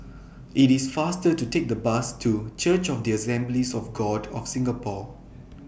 IT IS faster to Take The Bus to Church of The Assemblies of God of Singapore